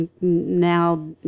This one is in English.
now